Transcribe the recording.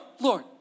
Lord